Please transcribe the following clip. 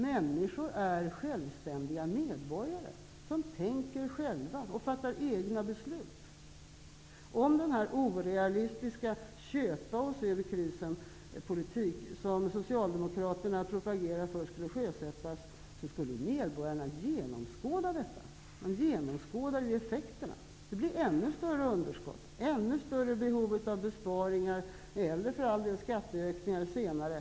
Människor är självständiga medborgare som tänker själva och som fattar egna beslut. Om den orealistiska köpaoss-ur-krisenpolitik som Socialdemokraterna propagerar för skulle sjösättas, skulle medborgarna genomskåda effekterna. Det skulle bli ännu större underskott framöver, ännu större behov av besparingar -- eller för all del skatteökningar senare.